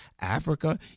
Africa